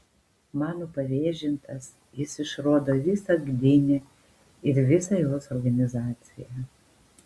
mano pavėžintas jis išrodo visą gdynę ir visą jos organizaciją